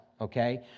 Okay